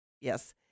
yes